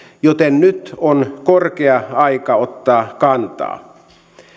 joten nyt on korkea aika ottaa kantaa